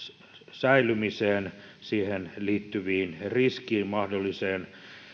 säilymiseen siihen liittyviin riskeihin mahdolliseen